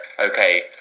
okay